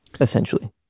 essentially